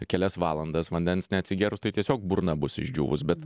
kelias valandas vandens neatsigėrus tai tiesiog burna bus išdžiūvus bet